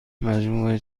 مجموعه